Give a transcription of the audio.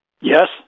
yes